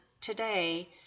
today